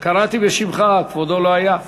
קראתי בשמך, כבודו לא היה.